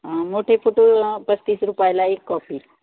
मोठे फोटो पस्तीस रुपायाला एक कॉपी